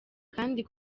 kandi